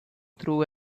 through